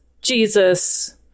Jesus